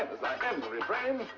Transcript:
as i end the refrain.